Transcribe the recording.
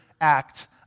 act